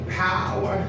power